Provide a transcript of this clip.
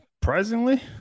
Surprisingly